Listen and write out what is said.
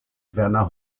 werner